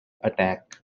attack